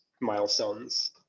milestones